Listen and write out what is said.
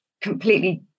completely